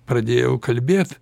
pradėjau kalbėt